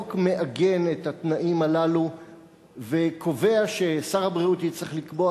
החוק מעגן את התנאים הללו וקובע ששר הבריאות יצטרך לקבוע